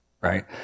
Right